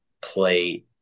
play